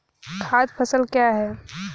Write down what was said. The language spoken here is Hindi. खाद्य फसल क्या है?